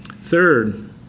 Third